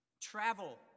Travel